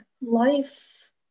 life